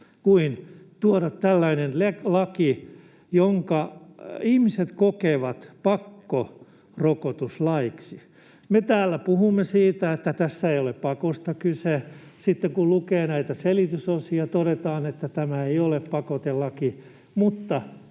kuin tuoda tällainen laki, jonka ihmiset kokevat pakkorokotuslaiksi. Me täällä puhumme siitä, että tässä ei ole pakosta kyse. Sitten kun lukee näitä selitysosia, todetaan, että tämä ei ole pakotelaki,